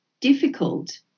difficult